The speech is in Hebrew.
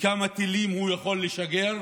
וכמה טילים הוא יכול לשגר,